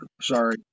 Sorry